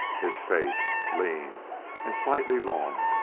his face, lean and slightly long,